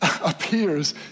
appears